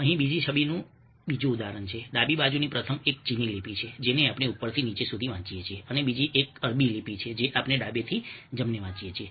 અહીં બીજી છબીનું બીજું ઉદાહરણ છે ડાબી બાજુની પ્રથમ એક ચીની લિપિ છે જેને આપણે ઉપરથી નીચે સુધી વાંચીએ છીએ અને બીજી એક અરબી લિપિ છે જે આપણે ડાબેથી જમણે વાંચીએ છીએ